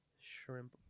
Shrimp